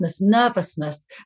nervousness